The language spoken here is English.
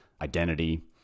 identity